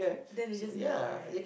then they just memorise